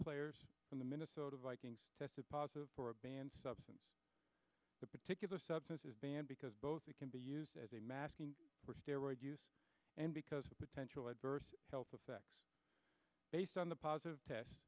players in the minnesota vikings tested positive for a banned substance a particular substance is banned because both it can be used as a mask for steroids and because of potential adverse health effects based on the positive test